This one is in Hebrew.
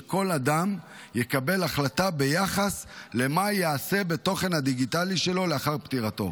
שכל אדם יקבל החלטה ביחס למה ייעשה בתוכן הדיגיטלי שלו לאחר פטירתו.